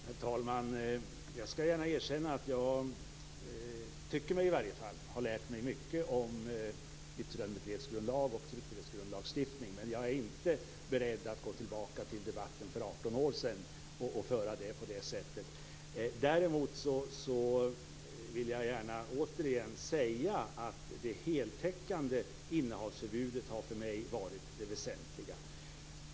Herr talman! Jag skall gärna erkänna att jag tycker mig ha lärt mig mycket om yttrandefrihetsgrundlag och tryckfrihetsgrundlagsstiftning. Men jag är inte beredd att gå tillbaka och föra samma debatt som man förde för 18 år sedan. Däremot vill jag återigen säga att det heltäckande innehavsförbudet har för mig varit det väsentliga.